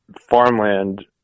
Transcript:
farmland